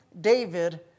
David